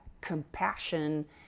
compassion